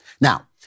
Now